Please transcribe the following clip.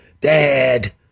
Dad